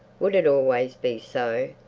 would it always be so?